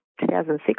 2006